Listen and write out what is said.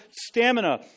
stamina